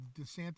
DeSantis